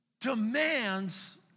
demands